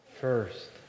first